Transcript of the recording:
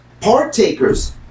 partakers